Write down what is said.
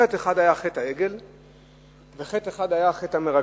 חטא אחד היה חטא העגל וחטא אחד היה חטא המרגלים.